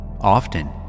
Often